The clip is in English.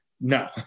No